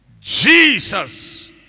Jesus